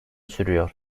sürüyor